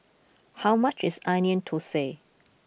how much is Onion Thosai